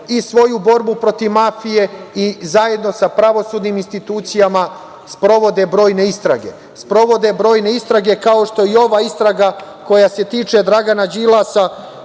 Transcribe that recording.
i svoju borbu protiv mafije i zajedno sa pravosudnim institucijama sprovode brojne istrage. Sprovode brojne istrage, kao što je i ova istraga koja se tiče Dragana Đilasa